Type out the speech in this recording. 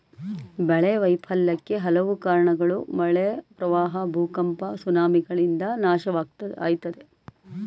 ಬೆಳೆ ವೈಫಲ್ಯಕ್ಕೆ ಹಲವು ಕಾರ್ಣಗಳು ಮಳೆ ಪ್ರವಾಹ ಭೂಕಂಪ ಸುನಾಮಿಗಳಿಂದ ನಾಶ ಆಯ್ತದೆ